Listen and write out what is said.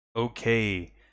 Okay